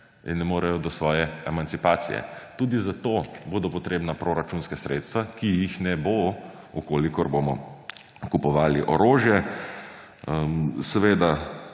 in ne morejo do svoje emancipacije. Tudi za to bodo potrebna proračunska sredstva, ki jih ne bo, v kolikor bomo kupovali orožje. Seveda